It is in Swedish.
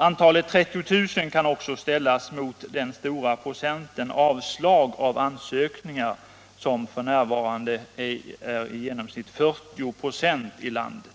Antalet 30 000 kan också ställas mot den stora procenten avslag på ansökningar, f. n. i genomsnitt 40 96 i landet.